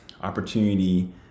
opportunity